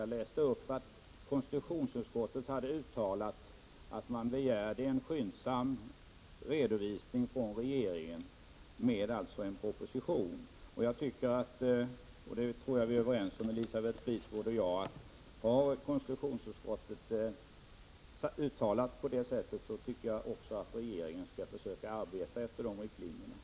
Jag läste då upp att konstitutionsutskottet har uttalat att man begärt en skyndsam redovisning från regeringen — det handlar alltså om en proposition. Jag tror att Elisabeth Fleetwood och jag är överens om att regeringen, om konstitutionsutskottet uttalar sig på det sättet, också skall försöka arbeta efter de riktlinjerna.